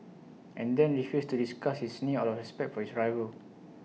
and then refused to discuss his knee out of respect for his rival